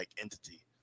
entity